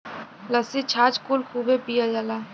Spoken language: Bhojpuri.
लस्सी छाछ कुल खूबे पियल जाला